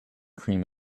cream